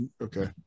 okay